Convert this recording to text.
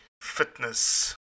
fitness